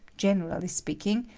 generally speaking,